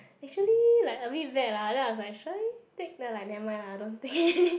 actually like a bit bad lah then I was like shall I take then I like nevermind lah don't take